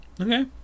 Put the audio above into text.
Okay